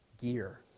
gear